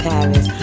Paris